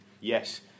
Yes